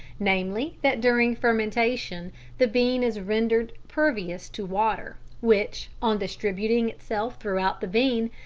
namely, that during fermentation the bean is rendered pervious to water, which, on distributing itself throughout the bean,